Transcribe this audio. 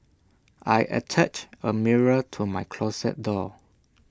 I attached A mirror to my closet door